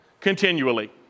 continually